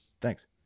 Thanks